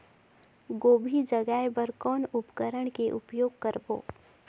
गोभी जगाय बर कौन उपकरण के उपयोग करबो?